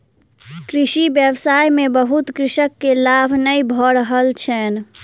कृषि व्यवसाय में बहुत कृषक के लाभ नै भ रहल छैन